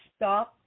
Stop